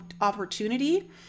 opportunity